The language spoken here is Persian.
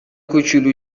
کوچولو